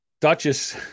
Duchess